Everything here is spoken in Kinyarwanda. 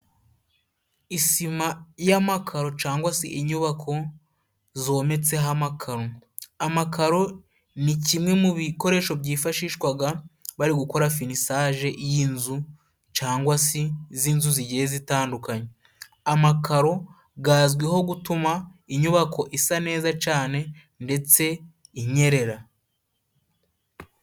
Isima y'amakaro cangwa se inyubako zometseho amakaro. Amakaro ni kimwe mu bikoresho byifashishwaga bari gukora finisage y'inzu, cangwa si z'inzu zigiye zitandukanye. Amakaro gazwiho gutuma inyubako isa neza cane ndetse inyerera.